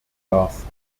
darf